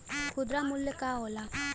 खुदरा मूल्य का होला?